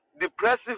depressive